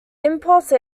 impulse